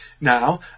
now